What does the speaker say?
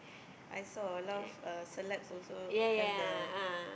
I saw a lot of uh celebs also have the